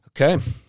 Okay